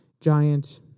giant